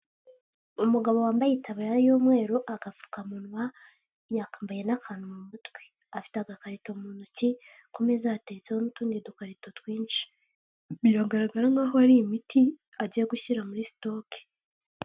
Umugabo wambaye itaburiya y'umweru, agapfukamunwa, yambaye n'akantu mu mutwe, afite agakarito mu ntoki, ku meza hateretseho n'utundi dukarito twinshi, biragaragara nk'aho ari imiti agiye gushyira muri sitoke.